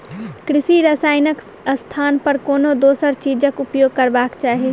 कृषि रसायनक स्थान पर कोनो दोसर चीजक उपयोग करबाक चाही